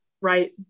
right